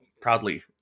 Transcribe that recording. proudly